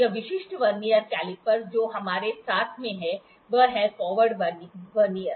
यह विशिष्ट vernier calliper जो हमारे हाथ में है वह है फॉरवर्ड वर्नियर